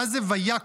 מה זה "ויקם"?